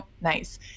nice